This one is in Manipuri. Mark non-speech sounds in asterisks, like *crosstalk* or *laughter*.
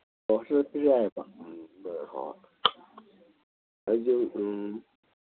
*unintelligible* ꯌꯥꯏꯌꯦꯕ ꯎꯝ ꯑꯥ ꯍꯣꯏ ꯍꯣꯏ ꯑꯗꯨ